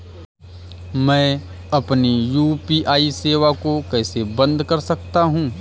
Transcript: मैं अपनी यू.पी.आई सेवा को कैसे बंद कर सकता हूँ?